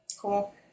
cool